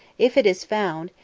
if it is found,